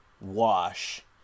wash